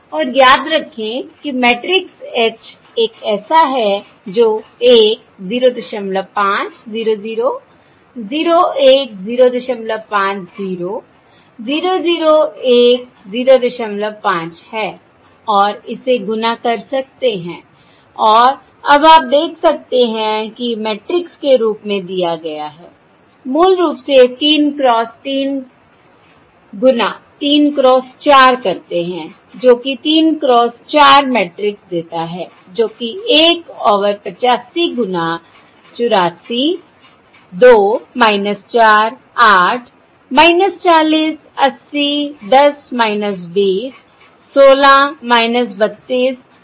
और याद रखें कि मैट्रिक्स H एक ऐसा है जो 1 05 0 0 0 1 05 0 0 01 05 है और इसे गुणा कर सकते हैं और अब आप देख सकते हैं कि यह मैट्रिक्स के रूप में दिया गया है मूल रूप से 3 क्रॉस 3 गुणा 3 क्रॉस 4 करते हैं जो कि 3 क्रॉस 4 मैट्रिक्स देता है जो कि 1 ओवर 85 गुना 84 2 4 8 40 80 10 20 16 32 64 42 है